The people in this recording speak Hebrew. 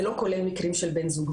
זה לא כולל מקרים של בן זוג.